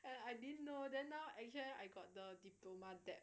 and I didn't know then now actually I got the diploma debt